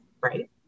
right